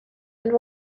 and